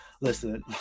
listen